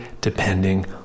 depending